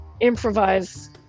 improvise